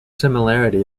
similarity